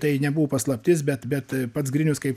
tai nebuvo paslaptis bet bet pats grinius kaip